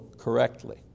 correctly